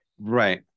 Right